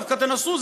דווקא תנסו.